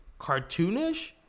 cartoonish